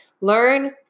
Learn